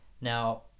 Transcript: now